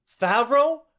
Favreau